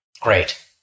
Great